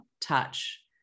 touch